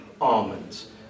almonds